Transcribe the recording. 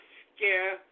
scare